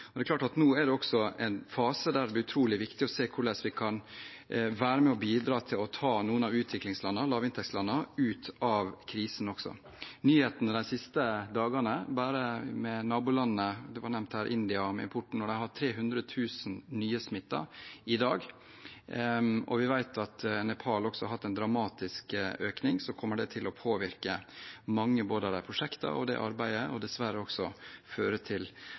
Det er klart at nå er vi også i en fase hvor det blir utrolig viktig hvordan vi kan være med på å bidra til å ta noen av utviklingslandene, lavinntektslandene, ut av krisen også. Nyhetene viser at nabolandet India, som var nevnt her i forbindelse med importen, har 300 000 nye smittede i dag. Vi vet at Nepal også har hatt en dramatisk økning. Det kommer til å påvirke mange av prosjektene og arbeidet, og det vil dessverre også føre til at arbeidet med å nå bærekraftsmålene blir enda mer krevende. Men vi kommer i alle fall til